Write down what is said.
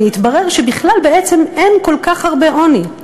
יתברר שבכלל בעצם אין כל כך הרבה עוני.